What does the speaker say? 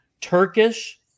Turkish